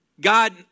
God